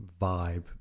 vibe